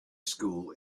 school